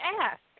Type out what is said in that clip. ask